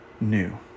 new